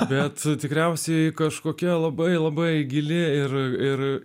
bet tikriausiai kažkokia labai labai gili ir ir